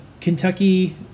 Kentucky